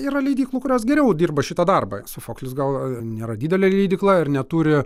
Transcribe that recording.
yra leidyklų kurios geriau dirba šitą darbą sofoklis gal nėra didelė leidykla ir neturi